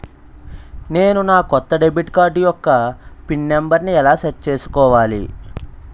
నేను నా కొత్త డెబిట్ కార్డ్ యెక్క పిన్ నెంబర్ని ఎలా సెట్ చేసుకోవాలి?